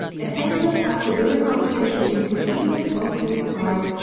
an endless after-dinner conversation piece to which england points with pride.